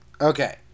okay